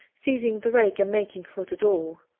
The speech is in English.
seizing the rake and making for the door.